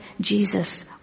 Jesus